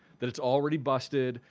that it's already busted.